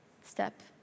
step